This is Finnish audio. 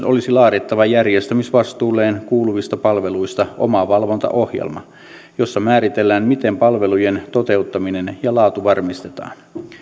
olisi laadittava järjestämisvastuulleen kuuluvista palveluista omavalvontaohjelma jossa määritellään miten palvelujen toteuttaminen ja laatu varmistetaan